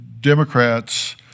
Democrats